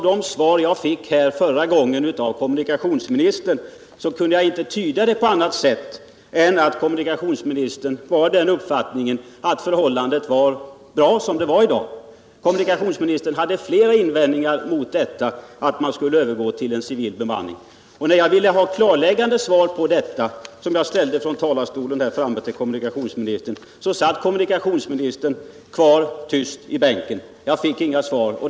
Det svar jag fick förra gången av kommunikationsministern kunde jag inte tyda på annat sätt än att kommunikationsministern har uppfattningen att förhållandena är bra som de är i dag. Kommunikationsministern hade flera invändningar mot att man skulle övergå till civil bemanning. När jag ville ha ett klart svar på frågor, som jag ställde till kommunikationsministern från talarstolen, satt kommunikationsministern kvar tyst i sin bänk. Jag fick inga svar.